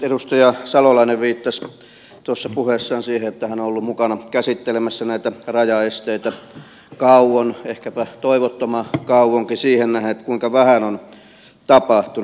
edustaja salolainen viittasi tuossa puheessaan siihen että hän on ollut mukana käsittelemässä näitä rajaesteitä kauan ehkäpä toivottoman kauankin siihen nähden kuinka vähän on tapahtunut